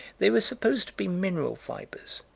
they were supposed to be mineral fibers,